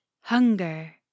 Hunger